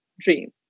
dream